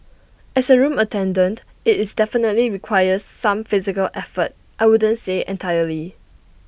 as A room attendant IT definitely requires some physical effort I wouldn't say entirely